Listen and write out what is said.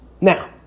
Now